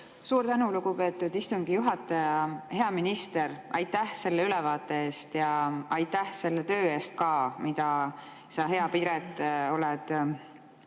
Suur tänu, lugupeetud istungi juhataja! Hea minister! Aitäh selle ülevaate eest ja aitäh selle töö eest, mida sa, hea Piret, oled